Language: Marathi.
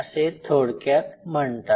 असे थोडक्यात म्हणतात